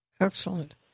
Excellent